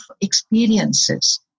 experiences